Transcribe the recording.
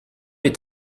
est